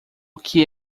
que